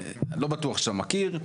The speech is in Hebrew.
אני לא בטוח שאתה מכיר,